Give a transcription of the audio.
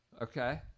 Okay